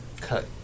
cut